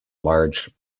large